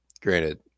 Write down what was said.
granted